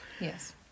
Yes